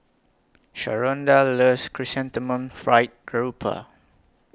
Sharonda loves Chrysanthemum Fried Garoupa